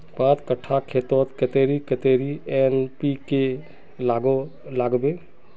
पाँच कट्ठा खेतोत कतेरी कतेरी एन.पी.के के लागबे?